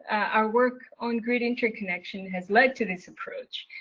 our work on grid interconnection has led to this approach.